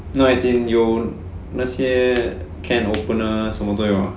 no as in 有那些 can openers 什么都有